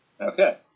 Okay